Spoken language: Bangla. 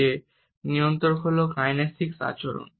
যে নিয়ন্ত্রক হল কাইনেসিক আচরণ